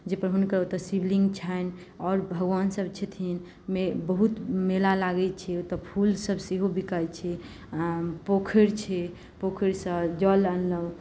जाहि पर हुनकर ओतऽ शिवलिंग छनि आओर भगवान सब छथिन बहुत मेला लागै छै ओतऽ फूल सब सेहो बिकाइ छै आ पोखरि छै पोखरिसँ जल अनलहुॅं